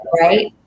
right